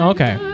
Okay